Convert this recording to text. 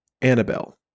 Annabelle